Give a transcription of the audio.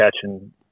catching